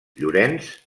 llorenç